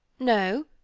no,